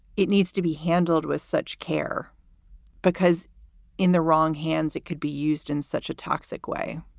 it needs to be handled with such care because in the wrong hands, it could be used in such a toxic way